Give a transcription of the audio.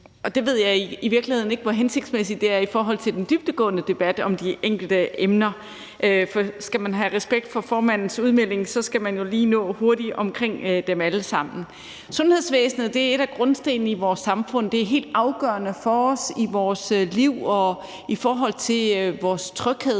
jeg ved i virkeligheden ikke, hvor hensigtsmæssigt det er i forhold til den dybdegående debat om de enkelte emner. For skal man have respekt for formandens udmelding, skal man jo lige nå hurtigt omkring dem alle sammen. Sundhedsvæsenet er en af grundstenene i vores samfund. Det er helt afgørende for os i vores liv og i forhold til vores tryghed,